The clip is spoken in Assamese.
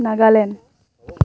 নাগালেণ্ড